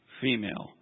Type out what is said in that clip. female